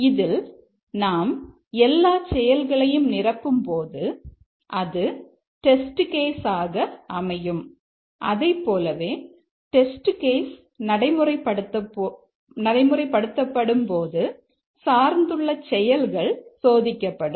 இதில் நாம் எல்லா செயல்களையும் நிரப்பும்போது அது டெஸ்ட் கேஸ் நடைமுறைப்படுத்தப்படும் போது சார்ந்துள்ள செயல்கள் சோதிக்கப்படும்